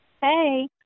Hey